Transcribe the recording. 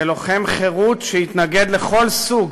כלוחם חירות שהתנגד לכל סוג